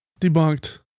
Debunked